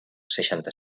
seixanta